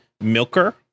milker